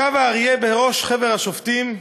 ישב האריה בראש חבר השופטים,